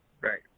Right